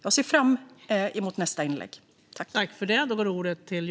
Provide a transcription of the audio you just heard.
Jag ser fram emot nästa inlägg.